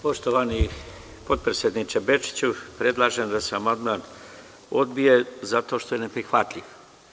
Poštovani potpredsedniče Bečiću, predlažem da se amandman odbije, zato što je neprihvatljiv.